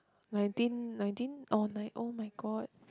nineteen nineteen O nine oh-my-god